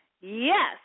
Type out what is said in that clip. yes